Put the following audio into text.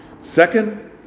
Second